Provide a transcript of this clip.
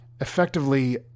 effectively